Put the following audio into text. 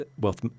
wealth